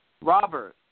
Robert